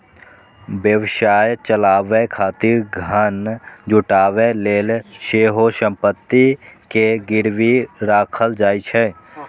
व्यवसाय चलाबै खातिर धन जुटाबै लेल सेहो संपत्ति कें गिरवी राखल जाइ छै